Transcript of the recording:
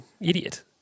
Idiot